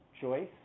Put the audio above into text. choice